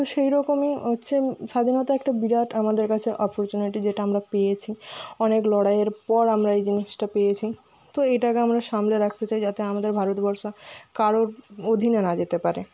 তো সেই রকমই হচ্ছে স্বাধীনতা একটা বিরাট আমাদের কাছে অপরচ্যুনিটি যেটা আমরা পেয়েছি অনেক লড়াইয়ের পর আমরা এই জিনিসটা পেয়েছি তো এটাকে আমরা সামলে রাখতে চাই যাতে আমাদের ভারতবর্ষ কারোর অধীনে না যেতে পারে